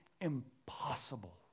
impossible